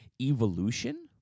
evolution